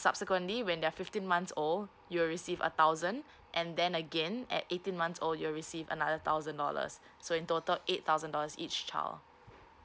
subsequently when they're fifteen months old you will receive a thousand and then again at eighteen months old you'll receive another thousand dollars so in total eight thousand dollars each child